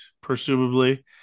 presumably